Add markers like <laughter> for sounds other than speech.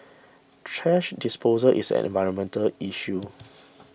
thrash disposal is an environmental issue <noise>